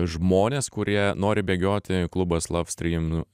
žmones kurie nori bėgioti klubas lav strym